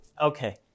okay